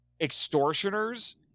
extortioners